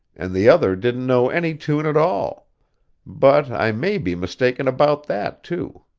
and the other didn't know any tune at all but i may be mistaken about that, too.